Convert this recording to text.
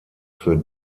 für